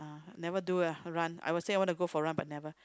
never do ah run I will say I wanna go for run but never